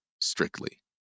strictly